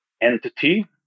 entity